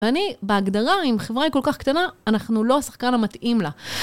ואני בהגדרה, אם חברה היא כל כך קטנה, אנחנו לא השחקן המתאים לה.